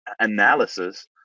analysis